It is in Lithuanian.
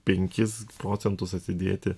penkis procentus atsidėti